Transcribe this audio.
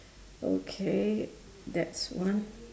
okay that's one